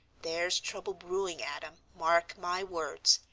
there's trouble brewing, adam, mark my words.